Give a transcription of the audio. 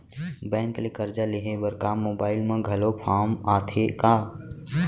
Bank ले करजा लेहे बर का मोबाइल म घलो फार्म आथे का?